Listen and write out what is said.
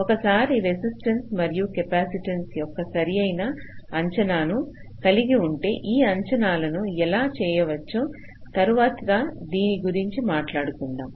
ఒకసారి రెసిస్టెన్స్ మరియు కెపాసిటెన్స్ యొక్క సరసమైన అంచనాను కలిగి ఉంటే ఈ అంచనాలను ఎలా చేయవచ్చో తరువాత దీని గురించి మాట్లాడుకుందాం